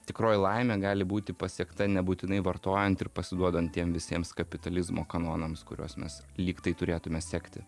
tikroji laimė gali būti pasiekta nebūtinai vartojant ir pasiduodant tiem visiems kapitalizmo kanonams kuriuos mes lyg tai turėtume sekti